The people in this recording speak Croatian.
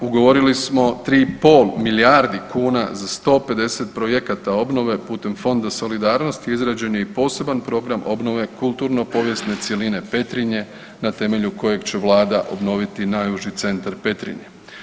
Ugovorili smo 3,5 milijardi kuna za 150 projekata obnove, putem Fonda solidarnosti izrađen je poseban program obnove kulturno povijesne cjeline Petrinje na temelju kojeg će vlada obnoviti najuži centar Petrinje.